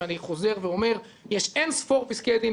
ואני חוזר ואומר: יש אינספור פסקי דין